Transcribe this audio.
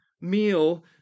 meal